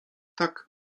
tak